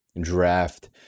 draft